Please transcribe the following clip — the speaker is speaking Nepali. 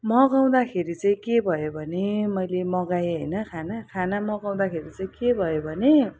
मगाउँदाखेरि चाहिँ के भयो भने मैले मगाएँ होइन खाना खाना मगाउँदाखेरि चाहिँ के भयो भने